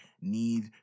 need